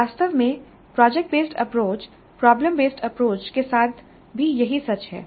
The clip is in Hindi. वास्तव में project based approach problem based approach के साथ भी यही सच है